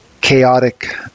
chaotic